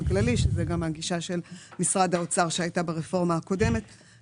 כללי כאשר זו גם הגישה של משרד האוצר שהייתה ברפורמה הקודמת.